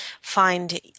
find